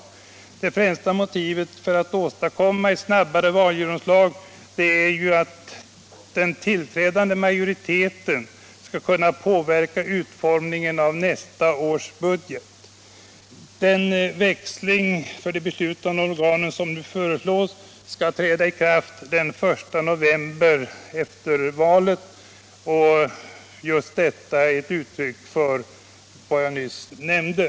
Det främsta motivet för att åstadkomma ett snabbare valgenomslag är att den tillträdande majoriteten skall kunna påverka utformningen av budgeten för nästkommande år. Den växling för de beslutande organen som nu föreslås ske den 1 november är ett uttryck för vad jag nyss nämnde.